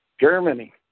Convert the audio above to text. Germany